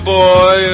boy